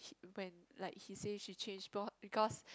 when like he said she change be because